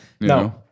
No